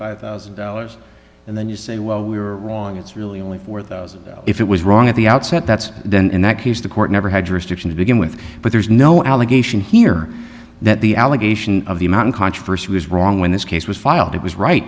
five thousand dollars and then you say well we were wrong it's really only four thousand if it was wrong at the outset that's then and that he was the court never had jurisdiction to begin with but there's no allegation here that the allegation of the amount of controversy was wrong when this case was filed it was right